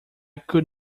could